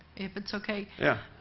if it's okay. yeah.